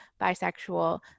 bisexual